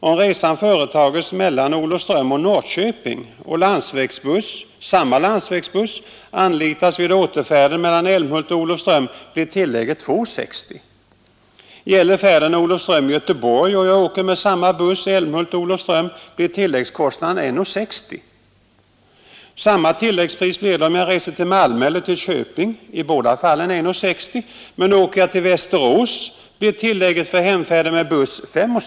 Om resan företages mellan Olofström och Norrköping och samma landsvägsbuss anlitas vid återfärden mellan Älmhult och Olofström blir tillägget 2:60. Gäller färden Olofström—Göteborg och jag åker med samma buss Älmhult—Olofström blir tilläggskostnaden 1:60. Samma tilläggspris blir det om jag reser till Malmö eller till Köping — i båda fallen 1:60 — men åker jag till Västerås blir tillägget för hemfärden med buss 5:60.